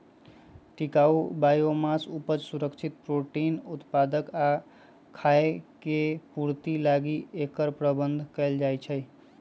टिकाऊ बायोमास उपज, सुरक्षित प्रोटीन उत्पादक आ खाय के पूर्ति लागी एकर प्रबन्धन कएल जाइछइ